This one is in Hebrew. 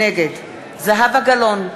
נגד זהבה גלאון,